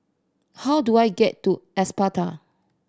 how do I get to Espada